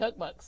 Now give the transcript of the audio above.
cookbooks